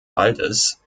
waldes